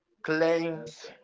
Claims